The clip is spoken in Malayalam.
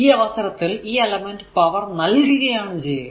ഈ അവസരത്തിൽ ഈ എലമെന്റ് പവർ നൽകുകയാണ് ചെയ്യുക